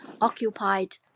occupied